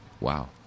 Wow